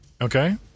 Okay